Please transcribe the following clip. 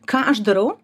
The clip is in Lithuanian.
ką aš darau